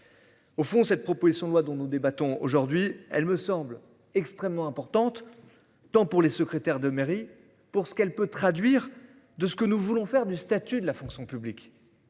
Au fond, cette proposition de loi dont nous débattons aujourd'hui. Elle me semble extrêmement importante. Tant pour les secrétaires de mairie pour ce qu'elle peut traduire de ce que nous voulons faire du statut de la fonction publique.